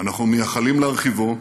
ואנחנו מייחלים להרחיבו,